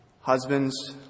Husbands